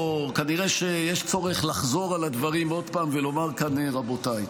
כנראה שיש צורך לחזור על הדברים עוד פעם ולומר כאן: רבותיי,